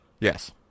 yes